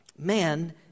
Man